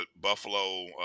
Buffalo